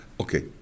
okay